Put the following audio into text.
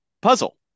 puzzle